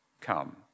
come